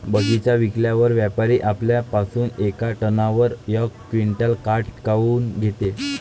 बगीचा विकल्यावर व्यापारी आपल्या पासुन येका टनावर यक क्विंटल काट काऊन घेते?